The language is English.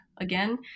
again